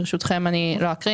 ברשותכם, לא אקריא.